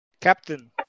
Captain